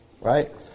right